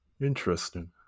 Interesting